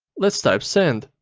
let's type send,